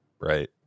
right